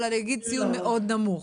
אבל אני אגיד ציון מאוד נמוך.